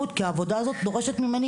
והעבודה הזו דורשת גם זמן התאווררות.